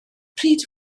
pryd